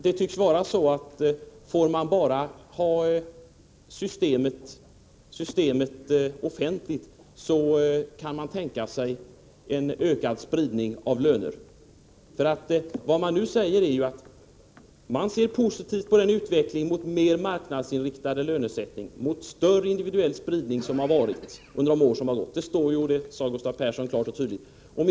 Det tycks vara så för socialdemokraterna att får man bara ha systemet offentligt, så kan man tänka sig en ökad spridning av löner. Vad man nu säger är att man ser positivt på den utveckling mot mer marknadsinriktad lönesättning och större individuell spridning som förekommit under de år som gått. Detta står i betänkandet, och det sade också Gustav Persson.